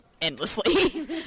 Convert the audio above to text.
endlessly